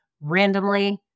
Randomly